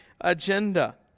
agenda